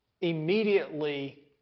Immediately